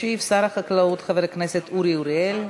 ישיב שר החקלאות חבר הכנסת אורי אריאל.